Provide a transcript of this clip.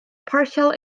partial